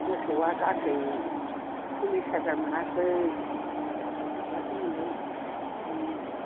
मोसौआ गासै सल्लिस हाजार मोनाखै माबासो मोनदों